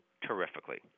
terrifically